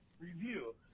review